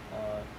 err